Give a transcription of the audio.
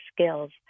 skills